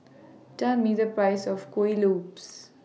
Tell Me The Price of Kuih Lopes